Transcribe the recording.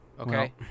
okay